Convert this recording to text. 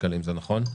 זה נכון?